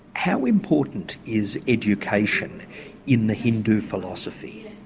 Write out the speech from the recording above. how important is education in the hindu philosophy?